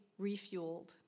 refueled